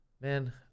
Man